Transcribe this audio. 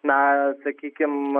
na sakykim